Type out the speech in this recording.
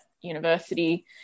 university